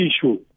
issue